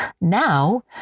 Now